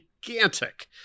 gigantic